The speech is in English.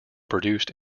produced